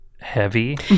heavy